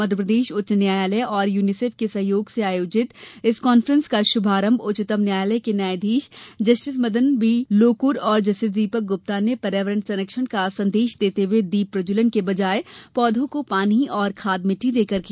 मध्यप्रदेश उच्च न्यायालय और यूनीसेफ के सहयोग से आयोजित इस कान्फ्रेस का शुभारंभ उच्चतम न्यायालय के न्यायाधीश जस्टिस मदन बी लोकुर और जस्टिस दीपक गुप्ता ने पर्यावरण संरक्षण के संदेश देते हुए दीप प्रज्जवलन के बजाय पौधों को पानी और खाद मिट्टी देकर किया